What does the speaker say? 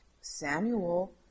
Samuel